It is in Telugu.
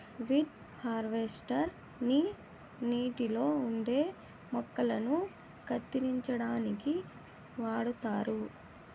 వీద్ హార్వేస్టర్ ని నీటిలో ఉండే మొక్కలను కత్తిరించడానికి వాడుతారు